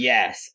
Yes